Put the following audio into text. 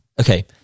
Okay